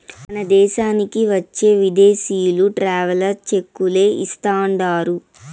మన దేశానికి వచ్చే విదేశీయులు ట్రావెలర్ చెక్కులే ఇస్తాండారు